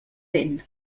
vent